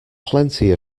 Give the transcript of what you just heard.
plenty